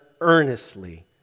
earnestly